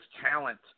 talent